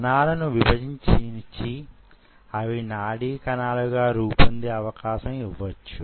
కణాలను విభజించనిచ్చి అవి నాడీ కణాలుగా రూపొందే అవకాశం యివొచ్చు